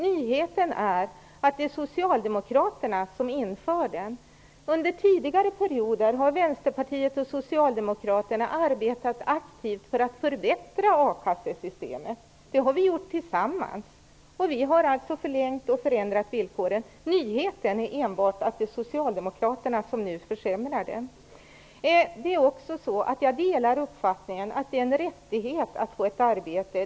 Nyheten är att det är Socialdemokraterna som inför den. Under tidigare perioder har Vänsterpartiet och Socialdemokraterna aktivt arbetat för att förbättra a-kassesystemet. Det har vi gjort tillsammans. Vi har förlängt och förändrat villkoren. Nyheten är enbart att det är Socialdemokraterna som nu försämrar systemet. Jag delar uppfattningen att det är en rättighet att få ett arbete.